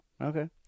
Okay